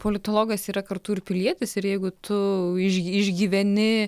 politologas yra kartu ir pilietis ir jeigu tu iš išgyveni